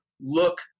look